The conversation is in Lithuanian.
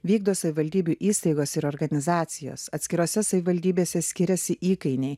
vykdo savivaldybių įstaigos ir organizacijos atskirose savivaldybėse skiriasi įkainiai